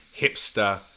hipster